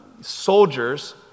soldiers